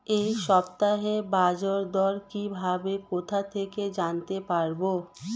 এই সপ্তাহের বাজারদর কিভাবে কোথা থেকে জানতে পারবো?